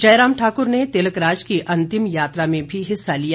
जयराम ठाकुर ने तिलकराज की अंतिम यात्रा में भी हिस्सा लिया